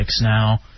now